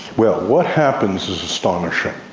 well, what happens is astonishing.